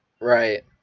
right